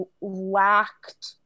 lacked